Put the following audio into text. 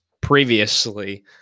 previously